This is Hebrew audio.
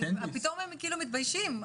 פתאום הם כאילו מתביישים.